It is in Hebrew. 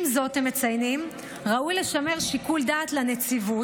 עם זאת, הם מציינים, ראוי לשמר שיקול דעת לנציבות,